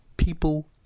People